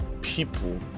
people